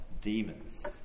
demons